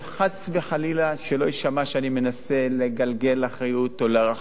חס וחלילה שלא יישמע שאני מנסה לגלגל אחריות או להרחיק,